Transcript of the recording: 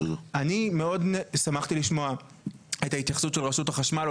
מאוד שמחתי לשמוע את ההתייחסות של רשות החשמל או